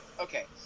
Okay